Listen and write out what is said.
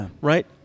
right